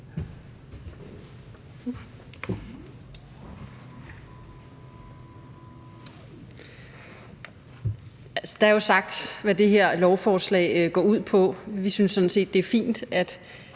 Der er jo blevet sagt, hvad det her lovforslag går ud på. Vi synes sådan set, det er fint.